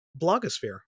blogosphere